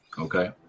okay